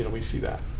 and we see that.